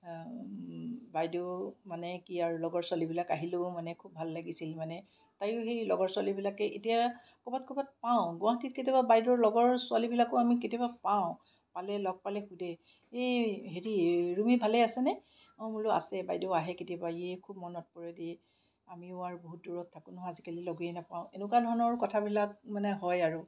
বাইদেউৰ মানে কি আৰু লগৰ ছোৱালীবিলাক আহিলেও মানে খুব ভাল লাগিছিল মানে আৰু তাইও সেই লগৰ ছোৱালীবিলাকে এতিয়া ক'ৰবাত ক'ৰবাত পাওঁ গুৱাহাটীত কেতিয়াবা বাইদেউৰ লগৰ ছোৱালীবিলাকো আমি কেতিয়াবা পাওঁ পালে লগ পালে সোধে এই হেৰি ৰুমি ভালে আছেনে অঁ বোলো আছে বাইদেউ আহে কেতিয়াবা এই খুব মনত পৰে দেই আমিও আৰু বহুত দূৰত থাকোঁ নহয় আজিকালি লগেই নাপাওঁ এনেকুৱা ধৰণৰ কথাবিলাক মানে হয় আৰু